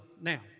Now